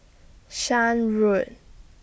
Shan Road